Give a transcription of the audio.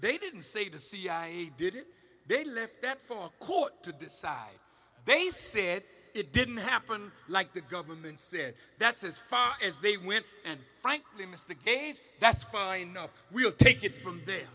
they didn't say the cia did it they left that for a court to decide they said it didn't happen like the government said that's as far as they went and frankly missed the cage that's fine we'll take it from there